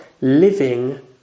living